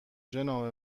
جناب